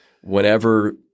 whenever